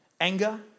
anger